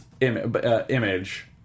image